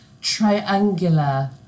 triangular